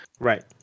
Right